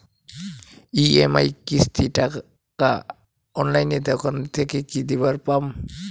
EMI কিস্তি টা অনলাইনে দোকান থাকি কি দিবার পাম?